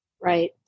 right